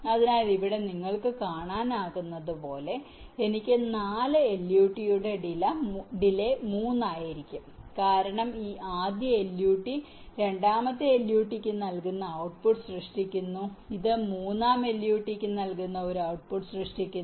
അതിനാൽ ഇവിടെ നിങ്ങൾക്ക് കാണാനാകുന്നതുപോലെ എനിക്ക് 4 LUT യുടെ ഡിലെ 3 ആയിരിക്കും കാരണം ഈ ആദ്യ LUT രണ്ടാമത്തെ LUT യ്ക്ക് നൽകുന്ന ഔട്ട്പുട്ട് സൃഷ്ടിക്കുന്നു ഇത് മൂന്നാം LUT ന് നൽകുന്ന ഒരു ഔട്ട്പുട്ട് സൃഷ്ടിക്കുന്നു